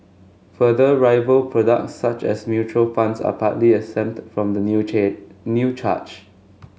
further rival products such as mutual funds are partly exempt from the new chaired new charge